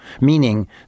meaning